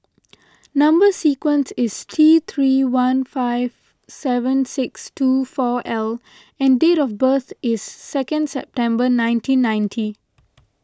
Number Sequence is T three one five seven six two four L and date of birth is second September nineteen ninety